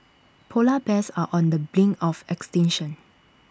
Polar Bears are on the brink of extinction